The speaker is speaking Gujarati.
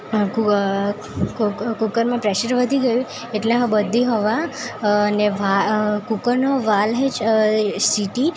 કૂકરમાં પ્રેસર વધી ગયું એટલે બધી હવા અને કૂકરનો વાલ્વ એજ સિટી